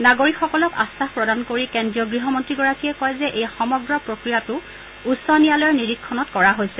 নাগৰিকসকলক আশ্বাস প্ৰদান কৰি কেন্দ্ৰীয় গৃহমন্ত্ৰীগৰাকীয়ে কয় যে এই সমগ্ৰ প্ৰক্ৰিয়াটো উচ্চ ন্যায়ালয়ৰ নীৰিক্ষণত কৰা হৈছে